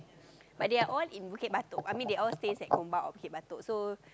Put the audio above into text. but they are all in Bukit-Batok I mean they all stay at Gombak or Bukit-Batok so